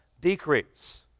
decrease